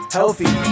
healthy